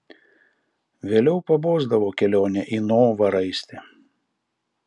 vėliau pabosdavo kelionė į novaraistį